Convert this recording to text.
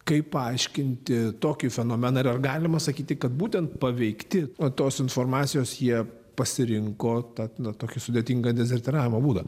kaip paaiškinti tokį fenomeną ar ar galima sakyti kad būtent paveikti tos informacijos jie pasirinko tą na tokį sudėtingą dezertyravimo būdą